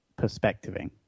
perspectiving